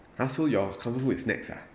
!huh! so your comfort food is snacks ah